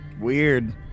weird